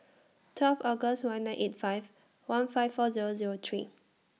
twelve August one nine eight five one five four Zero Zero three